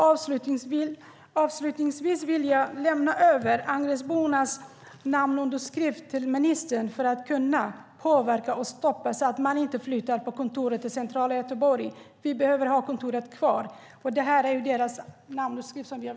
Avslutningsvis vill jag lämna över Angeredsbornas namnunderskrifter till ministern. De har skrivit under för att påverka detta och stoppa flytten av kontoret till centrala Göteborg. Vi behöver ha kontoret kvar!